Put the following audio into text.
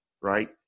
right